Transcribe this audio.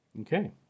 Okay